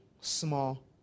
small